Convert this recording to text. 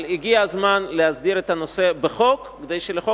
אבל הגיע הזמן להסדיר את הנושא בחוק כדי שלחוק